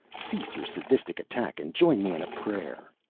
cease your sadistic attack and join me in a prayer.